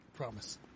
promise